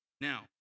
Now